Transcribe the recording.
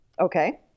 Okay